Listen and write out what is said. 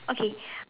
okay